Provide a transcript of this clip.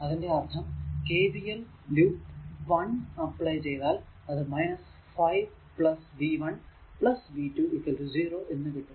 അതിന്റെ അർഥം KVL loop 1 apply ചെയ്താൽ അത് 5 v 1 v 2 0 എന്ന് കിട്ടും